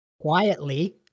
quietly